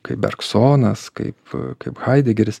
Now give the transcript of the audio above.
kaip bergsonas kaip kaip haidegeris